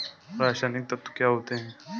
रसायनिक तत्व क्या होते हैं?